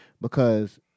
because-